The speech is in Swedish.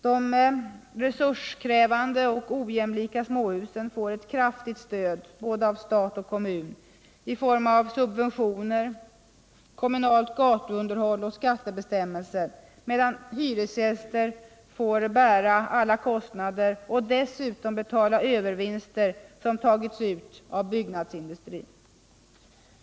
De resurskrävande och ojämlika småhusen får ett kraftigt stöd både av stat och kommun i form av subventioner, kommunalt gatuunderhåll och skattebestiämmelser, medan hyresgästerna måste bära alla kostnader och dessutom betala övervinster som tagits ut av byggnadsindustrin.